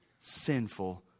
sinful